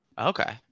Okay